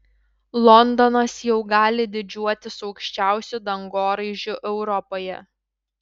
londonas jau gali didžiuotis aukščiausiu dangoraižiu europoje